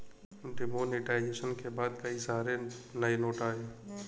demonetisation के बाद कई सारे नए नोट आये